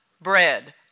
bread